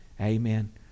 amen